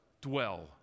dwell